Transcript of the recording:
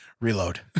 Reload